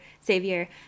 Savior